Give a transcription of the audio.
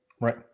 Right